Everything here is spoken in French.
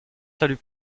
salut